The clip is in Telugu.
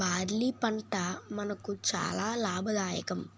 బార్లీ పంట మనకు చాలా లాభదాయకం